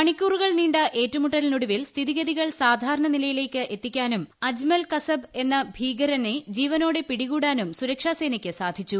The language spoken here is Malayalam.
മണിക്കൂറുകൾ നീണ്ട ഏറ്റുമുട്ടലിനൊടുവിൽ സ്ഥിതിഗതികൾ സാധാരണനിലയിലേക്ക് എത്തിക്കാനും അജ്മൽ കസബ് എന്ന ഭീകരനെ ജീവനോടെ പിടികൂടാനും സുരക്ഷാസേനയ്ക്ക് സാധിച്ചു